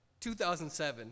2007